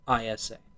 ISA